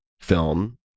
film